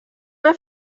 una